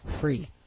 Free